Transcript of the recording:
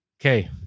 Okay